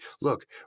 Look